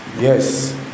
Yes